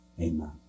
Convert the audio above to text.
amen